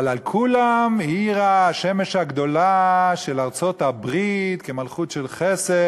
אבל על כולם האירה השמש הגדולה של ארצות-הברית כמלכות של חסד,